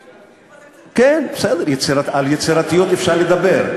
כן, בסדר, על יצירתיות אפשר לדבר.